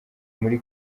muri